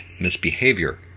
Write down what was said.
misbehavior